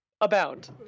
abound